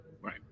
right